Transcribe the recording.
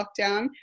lockdown